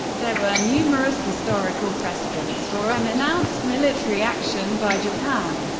there were numerous historical precedents for unannounced military action by japan,